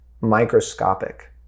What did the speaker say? microscopic